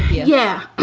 yeah.